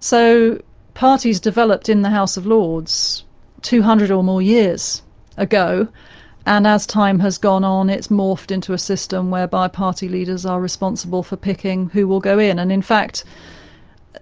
so parties developed in the house of lords two hundred or more years ago and as time has gone on, it's morphed into a system whereby party leaders are responsible for picking who will go in. and in fact